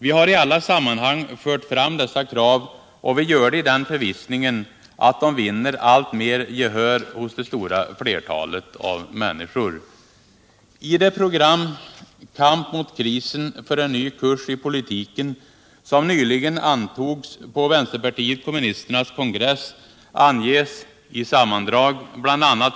Vi har i alla sammanhang fört fram dessa krav, och vi gör det i förvissningen att de alltmer vinner gehör hos det stora flertalet människor. I det program ”Kamp mot krisen — för en ny kurs i politiken” som nyligen antogs på vänsterpartiet kommunisternas kongress anges i sammandrag bl. .a.